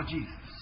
Jesus